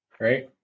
right